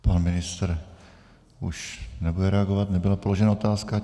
Pan ministr už nebude reagovat, nebyla položena otázka.